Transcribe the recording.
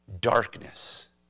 darkness